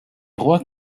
rois